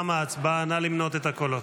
נא למנות את הקולות.